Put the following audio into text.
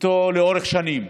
איתו לאורך שנים.